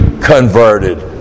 converted